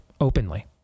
openly